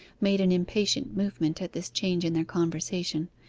made an impatient movement at this change in their conversation,